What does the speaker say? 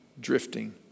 drifting